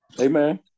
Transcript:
Amen